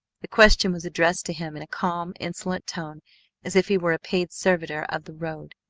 the question was addressed to him in a calm, insolent tone as if he were a paid servitor of the road.